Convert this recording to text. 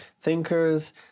thinkers